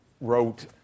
wrote